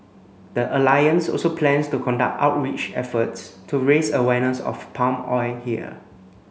the alliance also plans to conduct outreach efforts to raise awareness of palm oil here